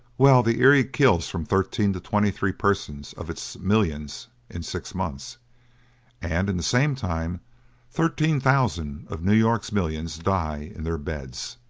well, the erie kills from thirteen to twenty three persons of its million in six months and in the same time thirteen thousand of new york's million die in their beds!